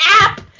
app